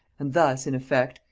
and thus, in effect,